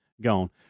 gone